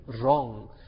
wrong